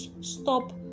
Stop